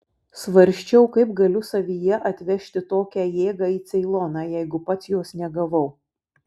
svarsčiau kaip galiu savyje atvežti tokią jėgą į ceiloną jeigu pats jos negavau